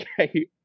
okay